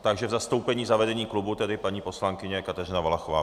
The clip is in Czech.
Takže v zastoupení za vedení klubu tedy paní poslankyně Kateřina Valachová.